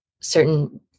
certain